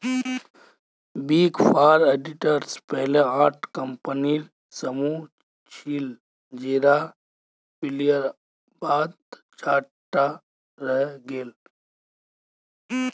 big four auditors पहले आठ कम्पनीर समूह छिल जेरा विलयर बाद चार टा रहेंग गेल